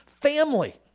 family